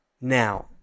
Now